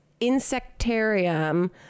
insectarium